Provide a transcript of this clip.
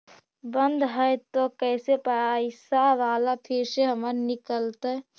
बन्द हैं त कैसे पैसा बाला फिर से हमर निकलतय?